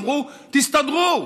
אמרו: תסתדרו.